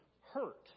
hurt